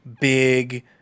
big